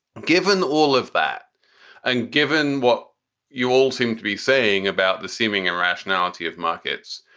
given all of that and given what you all seem to be saying about the seeming irrationality of markets,